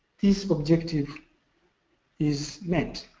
this objective is met.